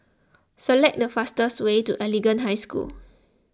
select the fastest way to Anglican High School